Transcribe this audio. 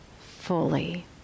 fully